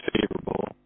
favorable